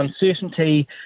uncertainty